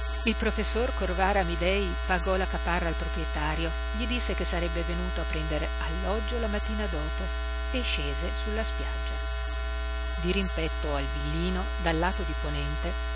il professor corvara amidei pagò la caparra al proprietario gli disse che sarebbe venuto a prender alloggio la mattina dopo e scese sulla spiaggia dirimpetto al villino dal lato di ponente